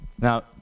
Now